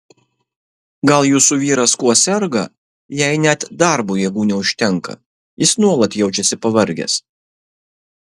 gal jūsų vyras kuo serga jei net darbui jėgų neužtenka jis nuolat jaučiasi pavargęs